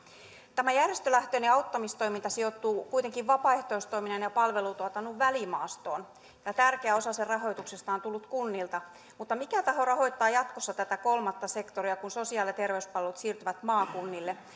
tämä järjestölähtöinen auttamistoiminta sijoittuu kuitenkin vapaaehtoistoiminnan ja palvelutuotannon välimaastoon ja tärkeä osa sen rahoituksesta on tullut kunnilta mutta mikä taho rahoittaa jatkossa tätä kolmatta sektoria kun sosiaali ja terveyspalvelut siirtyvät maakunnille